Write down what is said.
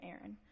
Aaron